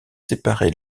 séparer